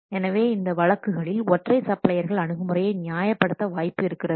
எனவே இந்த வழக்குகளில் ஒற்றை சப்ளையர்கள் அணுகுமுறையை நியாயப்படுத்த வாய்ப்பு இருக்கிறது